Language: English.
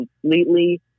completely